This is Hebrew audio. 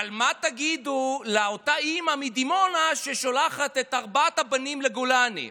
אבל מה תגידו לאותה אימא מדימונה ששולחת את ארבעת הבנים לגולני?